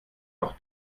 noch